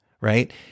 right